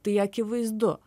tai akivaizdu